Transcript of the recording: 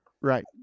right